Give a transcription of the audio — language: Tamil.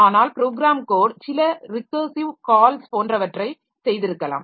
ஆனால் ப்ரோக்ராம் கோட் சில ரிக்கர்ஸிவ் கால்ஸ் போன்றவற்றை செய்திருக்கலாம்